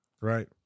Right